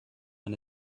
and